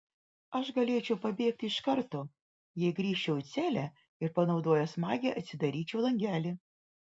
aš galėčiau pabėgti iš karto jei grįžčiau į celę ir panaudojęs magiją atsidaryčiau langelį